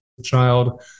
child